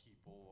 people